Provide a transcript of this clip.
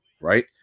Right